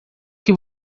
que